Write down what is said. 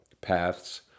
paths